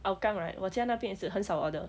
hougang right 我家那边也是很少 order